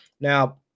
now